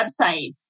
website